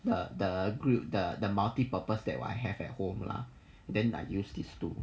the the grill the the multi purpose that I have at home lah then I use this to